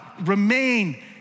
remain